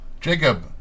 Jacob